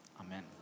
Amen